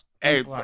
Hey